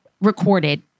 recorded